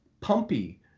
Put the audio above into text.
Pumpy